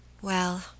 Well